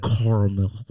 Caramel